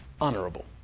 honorable